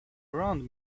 around